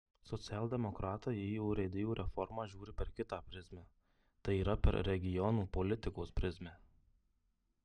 socialdemokratai į urėdijų reformą žiūri per kitą prizmę tai yra per regionų politikos prizmę